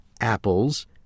apples